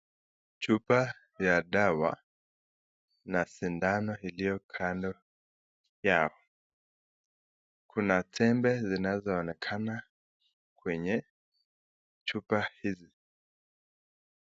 Chupa ya dawa na sindano ilio kando yao. Kuna tembe zinazoonekana kwenye chupa hizi.